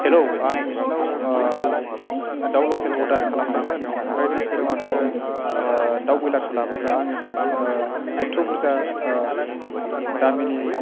hello आं नोंसोरनाव दाउ लकेल अर्दार खालामदोंमोन ओमफ्राय नोंसोरो माथो दाउ बयलारसो लाबोखो आङो एथ' बुर्जा दामनि